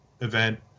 event